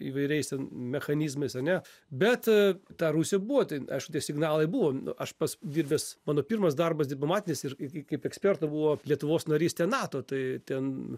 įvairiais ten mechanizmais ane bet ta rusija buvo ten aišku tie signalai buvo aš pats dirbęs mano pirmas darbas diplomatinis ir k k kaip eksperto buvo lietuvos narystė nato tai ten